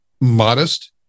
modest